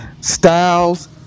Styles